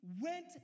went